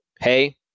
Hey